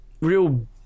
real